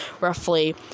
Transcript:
roughly